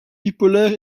bipolaire